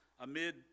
amid